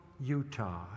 Utah